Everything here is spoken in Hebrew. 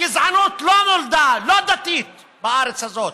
הגזענות לא נולדה, היא לא דתית בארץ הזאת,